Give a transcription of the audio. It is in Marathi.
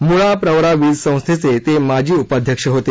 मुळा प्रवरा वीज संस्थेचे ते माजी उपाध्यक्ष होते